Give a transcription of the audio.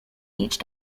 each